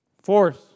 Fourth